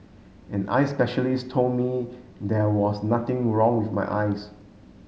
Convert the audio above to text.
an eye specialist told me there was nothing wrong with my eyes